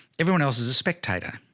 everyone else's a spectator,